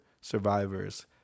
survivors